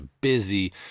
busy